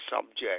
subject